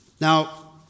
Now